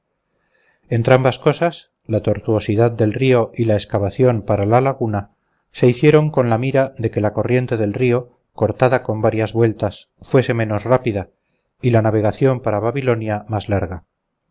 conducido entrambas cosas la tortuosidad del río y la excavación para la laguna se hicieron con la mira de que la corriente del río cortada con varias vueltas fuese menos rápida y la navegación para babilonia más larga